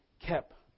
kept